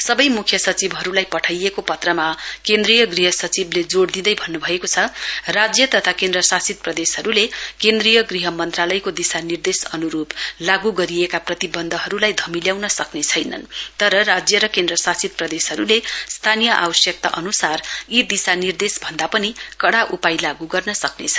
सवै मुख्यसचिवहरुलाई पठाइएको पत्रमा केन्द्रीय गृह सचिवले जोड़ दिँदै भन्नुभएको छ राज्य तथा केन्द्रशासित प्रदेशहरुले केन्द्रीय गृह मन्त्रालयको दिशानिर्देश अनुरुप लागू गरिएका प्रतिवन्धहरुलाई धमिल्याउन सक्रैछैन तर राज्य र केन्द्रशासित प्रदेशहरुले स्थानीय आवश्यकता अनुसार यी दिशानिर्देश भन्दा पनि कड़ा उपाय लागू गर्न सक्ने छन्